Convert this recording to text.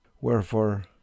Wherefore